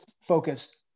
focused